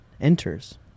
enters